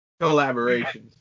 collaborations